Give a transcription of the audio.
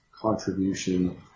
contribution